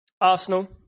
Arsenal